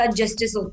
justice